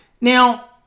Now